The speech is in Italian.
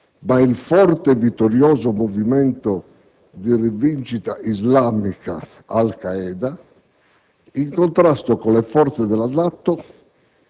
il forte e vittorioso movimento di Rivincita islamica Al Qaeda, in contrasto con le forze della NATO,